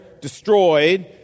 destroyed